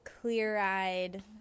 clear-eyed